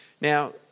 Now